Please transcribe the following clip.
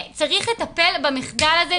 צריך לטפל במחדל הזה.